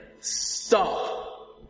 Stop